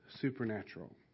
supernatural